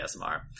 ASMR